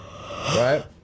right